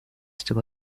still